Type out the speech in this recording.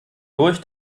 durch